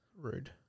Rude